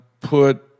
put